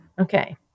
Okay